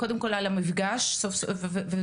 אני בהחלט רוצה קודם כל לברך על המשרד לשיתוף פעולה אזורי,